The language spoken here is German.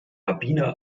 rabbiner